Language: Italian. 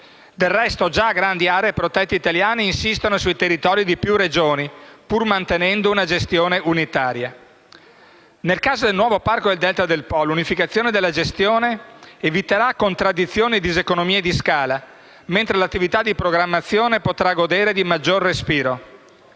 Del resto, già grandi aree protette italiane insistono sui territori di più Regioni, pur mantenendo una gestione unitaria. Nel caso del nuovo Parco del Delta del Po, l'unificazione della gestione eviterà contraddizioni e diseconomie di scala, mentre l'attività di programmazione potrà godere di maggior respiro.